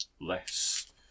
less